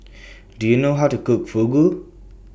Do YOU know How to Cook Fugu